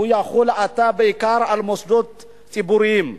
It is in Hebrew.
והוא יחול עתה בעיקר על מוסדות ציבוריים,